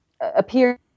appear